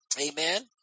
Amen